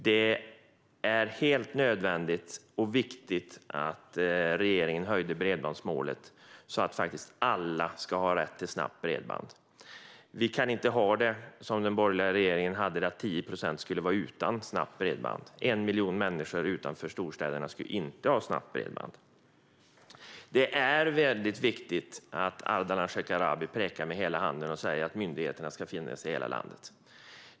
Det var helt nödvändigt och viktigt att regeringen höjde bredbandsmålet, så att alla ska ha rätt till snabbt bredband. Vi kan inte ha det som under den borgerliga regeringens tid, nämligen att 10 procent skulle vara utan snabbt bredband - 1 miljon människor utanför storstäderna skulle inte ha snabbt bredband. Det är mycket viktigt att Ardalan Shekarabi pekar med hela handen och säger att myndigheterna ska finnas i hela landet.